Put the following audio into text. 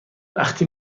وقتی